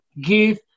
give